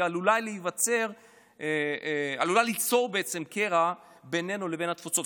והיא עלולה ליצור קרע בינינו לבין התפוצות.